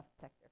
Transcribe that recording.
sector